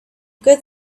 good